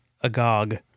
agog